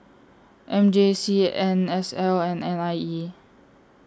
M J C N S L and N I E